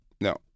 No